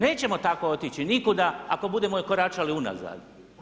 Nećemo tako otići nikuda ako budemo koračali unazad.